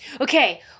Okay